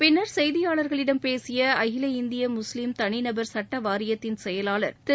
பின்னர் செய்தியாளர்களிடம் பேசிய அகில இந்திய முஸ்லிம் தனிநபர் சட்ட வாரியத்தின் செயலாளர் திரு